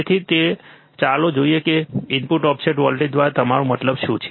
તેથી તેની સાથે ચાલો જોઈએ કે ઇનપુટ ઓફસેટ વોલ્ટેજ દ્વારા તમારો મતલબ શું છે